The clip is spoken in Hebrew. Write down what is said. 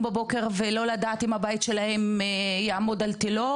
בבוקר ולא לדעת האם הבית שלהם יעמוד על תילו,